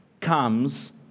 comes